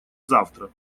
завтра